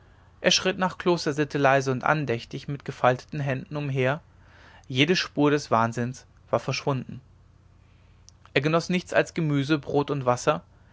er schritt ganz nach klostersitte leise und andächtig mit gefaltenen händen umher jede spur des wahnsinns war verschwunden er genoß nichts als gemüse brot und wasser